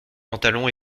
pantalon